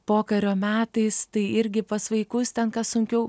pokario metais tai irgi pas vaikus ten ką sunkiau